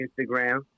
Instagram